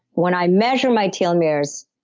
when i measure my telomeres,